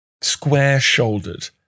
square-shouldered